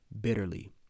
bitterly